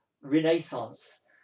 renaissance